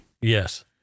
Yes